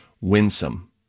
winsome